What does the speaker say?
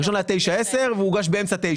הראשון היה 2010-2009 והוא הוגש באמצע 2009,